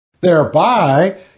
Thereby